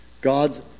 God's